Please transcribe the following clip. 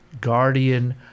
guardian